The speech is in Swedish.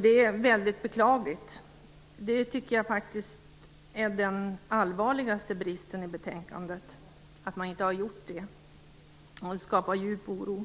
Det är väldigt beklagligt - jag tycker faktiskt att det är den allvarligaste bristen i betänkandet att man inte har gjort det. Det skapar djup oro.